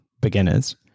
beginners